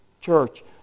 church